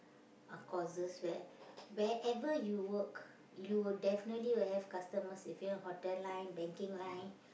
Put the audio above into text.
are courses where wherever you work you will definitely will have customers if you are hotel line banking line